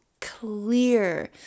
clear